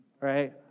Right